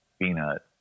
Peanut